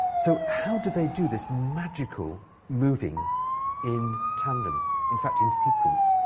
so how did they do this magical moving in tandem in fact, in sequence,